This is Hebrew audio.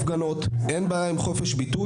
או מחוץ למוסד,